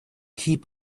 heap